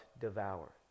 devour